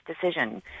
decision